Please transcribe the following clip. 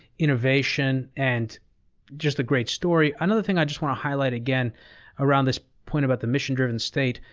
innovation and just a great story. another thing i just want to highlight again around this point about the mission-driven state,